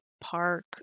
park